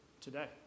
today